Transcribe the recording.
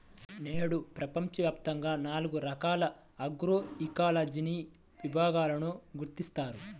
నేడు ప్రపంచవ్యాప్తంగా నాలుగు రకాల ఆగ్రోఇకాలజీని విభాగాలను గుర్తించారు